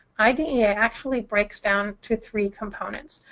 idea actually breaks down to three components.